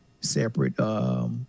separate